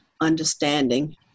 understanding